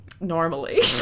normally